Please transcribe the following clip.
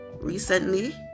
recently